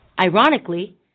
Ironically